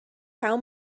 how